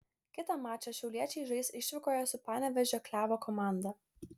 kitą mačą šiauliečiai žais išvykoje su panevėžio klevo komanda